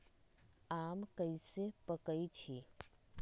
आम कईसे पकईछी?